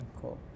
Cool